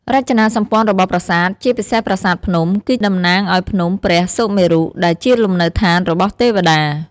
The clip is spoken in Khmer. រចនាសម្ព័ន្ធរបស់ប្រាសាទ ជាពិសេសប្រាសាទភ្នំ គឺតំណាងឱ្យភ្នំព្រះសុមេរុ ដែលជាលំនៅឋានរបស់ទេព្តា។